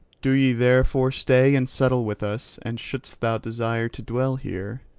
do ye therefore stay and settle with us and shouldst thou desire to dwell here,